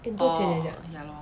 eh 很多钱 leh 这样